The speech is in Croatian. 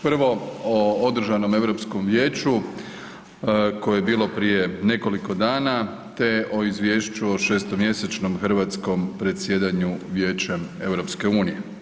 Prvo o održanom Europskom vijeću koje je bilo prije nekoliko dana te o izvješću o šestomjesečnom hrvatskom predsjedanju Vijećem EU.